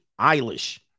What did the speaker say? Eilish